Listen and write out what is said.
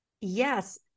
Yes